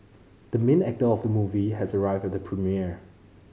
the main actor of the movie has arrived at the premiere